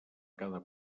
cada